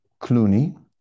Clooney